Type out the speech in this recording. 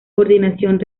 coordinación